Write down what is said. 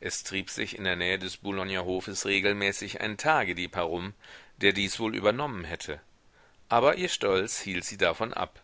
es trieb sich in der nähe des boulogner hofes regelmäßig ein tagedieb herum der dies wohl übernommen hätte aber ihr stolz hielt sie davon ab